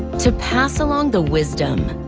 to pass along the wisdom,